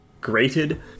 Grated